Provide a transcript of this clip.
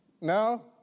No